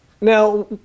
Now